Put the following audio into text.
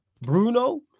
Bruno